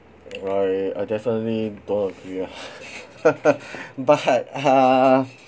I I definitely don't agree ah but uh